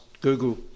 Google